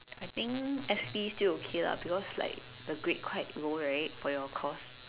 I think S_P still okay lah because like the grade quite low right for you course